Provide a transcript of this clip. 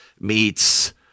meets